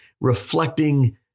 reflecting